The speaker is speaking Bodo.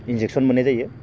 इन्जेकसन मोननाय जायो